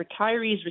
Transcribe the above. retirees